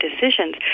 decisions